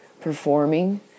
performing